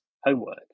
homework